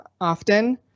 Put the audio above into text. often